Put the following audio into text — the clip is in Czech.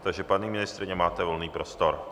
Takže paní ministryně, máte volný prostor.